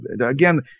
again